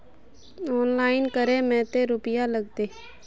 Online करे में ते रुपया लगते?